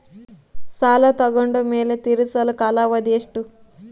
ಸಾಲ ತಗೊಂಡು ಮೇಲೆ ತೇರಿಸಲು ಕಾಲಾವಧಿ ಎಷ್ಟು?